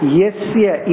yesya